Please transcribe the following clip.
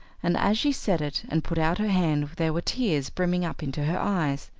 and as she said it and put out her hand there were tears brimming up into her eyes.